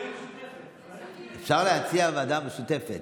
אפשר להציע ועדה משותפת,